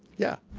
yeah?